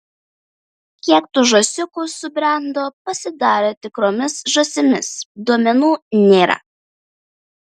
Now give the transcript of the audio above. kiek tų žąsiukų subrendo pasidarė tikromis žąsimis duomenų nėra